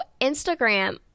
Instagram